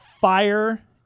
fire